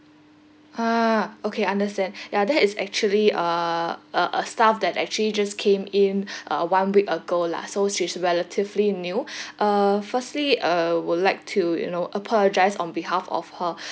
ah okay understand yeah that is actually uh a a staff that actually just came in uh one week ago lah so she's relatively new uh firstly I would like to you know apologise on behalf of her